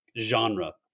genre